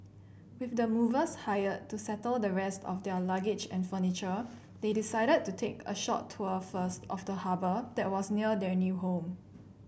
with the movers hired to settle the rest of their luggage and furniture they decided to take a short tour first of the harbour that was near their new home